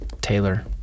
Taylor